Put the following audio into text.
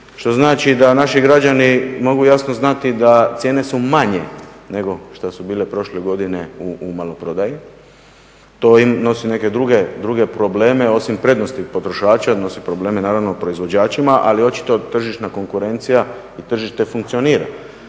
što znači da naši građani mogu jasno znati da cijene su manje nego što su bile prošle godine u maloprodaji. To im nosi neke druge probleme, osim prednosti potrošaču donosi probleme naravno proizvođačima, ali očito tržišna konkurencija i tržište funkcionira.